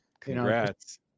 Congrats